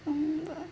um b~